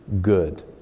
good